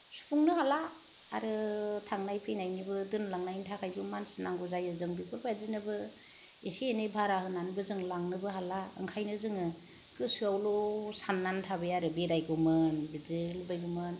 सुफुंनो हाला आरो थांनाय फैनायनिबो दोनलांनायनि थाखायबो मानसि नांगौ जायो जों बेफोरबायदिनिबो इसे एनै भारा होनानैबो जों लांनोबो हाला ओंखायनो जोङो गोसोआवल' साननानै थाबाय आरो बेरायगौमोन बिदि लुबैगौमोन